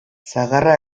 sagarra